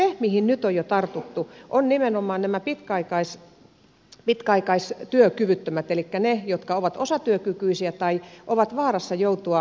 mutta se mihin nyt on jo tartuttu on nimenomaan nämä pitkäaikaistyökyvyttömät elikkä ne jotka ovat osatyökykyisiä tai ovat vaarassa joutua työkyvyttömyyseläkkeelle